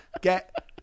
get